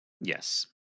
yes